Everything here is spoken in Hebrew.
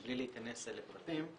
מבלי להיכנס לפרטים,